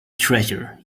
treasure